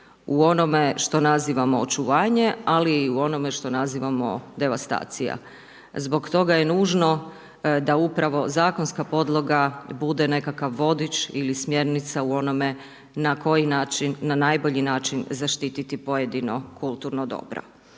u onome što nazivamo očuvanje, ali i u onome što nazivamo devastacija. Zbog toga je nužno da upravo zakonska podloga bude nekakav vodič ili smjernica u onome na koji način, na najbolji način, zaštiti pojedino kulturno dobro.